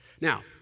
Now